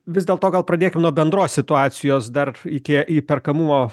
vis dėlto gal pradėkim nuo bendros situacijos dar iki įperkamumo